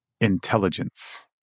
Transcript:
intelligence